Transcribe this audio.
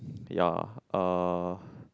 ya uh